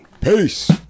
Peace